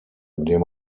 indem